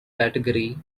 category